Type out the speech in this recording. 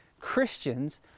Christians